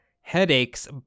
headaches